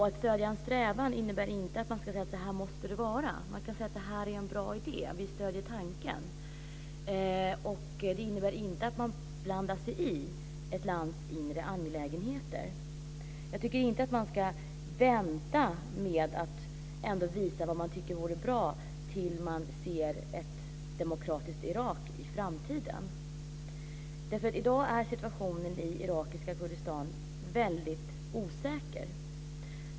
Att stödja en strävan innebär inte att säga: Så här måste det vara. Man kan säga: Det här är en bra idé, och vi stöder tanken. Det innebär inte att man blandar sig i ett lands inre angelägenheter. Jag tycker inte att man ska vänta med att visa vad man tycker vore bra tills man ser ett demokratiskt Irak i framtiden. I dag är situationen i irakiska Kurdistan väldigt osäker.